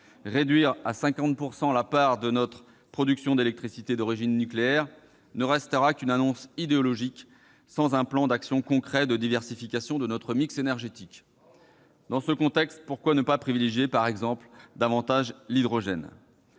Réduire à 50 % la part de notre production d'électricité d'origine nucléaire ne restera qu'une annonce idéologique sans un plan d'action concret de diversification de notre mix énergétique. Bravo ! Dans ce contexte, pourquoi ne pas privilégier davantage l'hydrogène,